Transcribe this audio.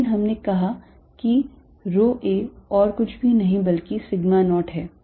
लेकिन हमने कहा है कि rho a और कुछ भी नहीं बल्कि sigma naught है